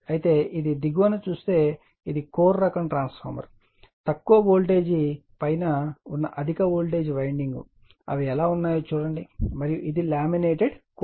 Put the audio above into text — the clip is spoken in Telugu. అయితే ఇది దిగువన చూస్తే ఇది కోర్ రకం ట్రాన్స్ఫార్మర్ తక్కువ వోల్టేజ్ పైన ఉన్న అధిక వోల్టేజ్ వైండింగ్ అవి ఎలా ఉన్నాయో చూడండి మరియు ఇది లామినేటెడ్ కోర్